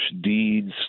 deeds